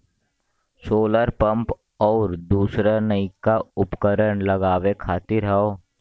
solar pump आउर दूसर नइका उपकरण लगावे खातिर हौ